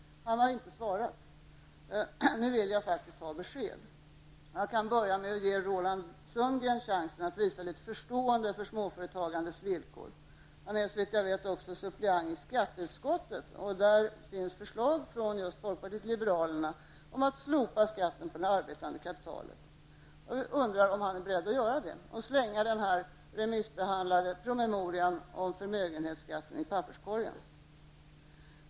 Han har inte svarat. Nu vill jag faktiskt ha besked. Jag kan börja med att ge Roland Sundgren chansen att visa litet förståelse för småföretagandets villkor. Roland Sundgren är, såvitt jag vet, också suppleant i skatteutskottet. Från folkpartiet liberalerna har vi där väckt förslag om att slopa skatt på arbetande kapital. Jag undrar om Roland Sundgren är beredd att göra det och slänga den remissbehandlade promemorian om förmögenhetsskatten i papperskorgen.